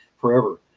forever